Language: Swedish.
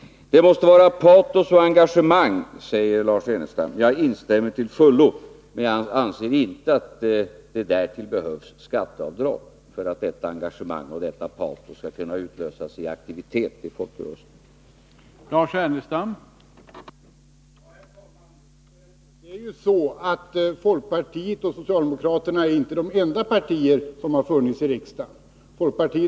Det måste finnas patos och engagemang, säger Lars Ernestam. Jag instämmer till fullo, men jag anser inte att det därtill behövs skatteavdrag för att detta engagemang och detta patos skall kunna utlösas i aktivitet inom folkrörelserna.